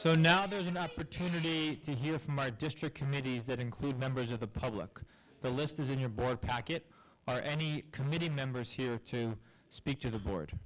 so now there's an opportunity here for my district committees that include members of the public the list is in your blood packet or any committee members here to speak to the board